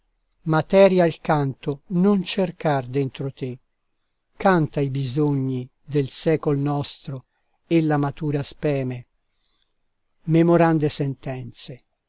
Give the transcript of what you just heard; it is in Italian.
materia al canto non cercar dentro te canta i bisogni del secol nostro e la matura speme memorande sentenze